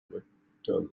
vector